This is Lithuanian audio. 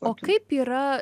o kaip yra